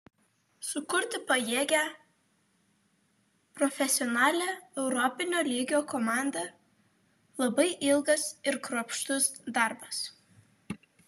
sukurti pajėgią profesionalią europinio lygio komandą labai ilgas ir kruopštus darbas